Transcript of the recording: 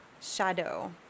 shadow